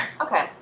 Okay